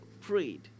prayed